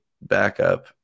backup